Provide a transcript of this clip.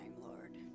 Lord